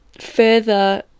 further